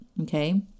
okay